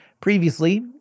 Previously